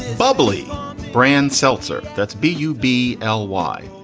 bubbly brand seltzer, that's b you b l y.